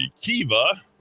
Kiva